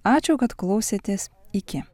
ačiū kad klausėtės iki